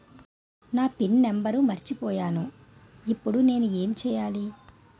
నా pin number మర్చిపోయాను ఇప్పుడు నేను ఎంచేయాలి?